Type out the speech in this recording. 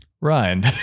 Ryan